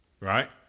right